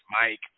Mike